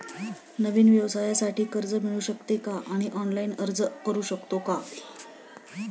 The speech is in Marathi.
नवीन व्यवसायासाठी कर्ज मिळू शकते का आणि ऑनलाइन अर्ज करू शकतो का?